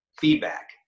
feedback